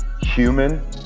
human